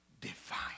Define